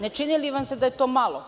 Ne čini li vam se da je to malo?